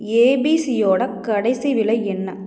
ஏபிசியோட கடைசி விலை என்ன